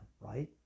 right